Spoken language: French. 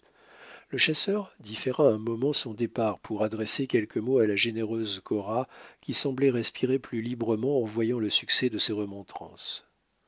le chasseur différa un moment son départ pour adresser quelques mots à la généreuse cora qui semblait respirer plus librement en voyant le succès de ses remontrances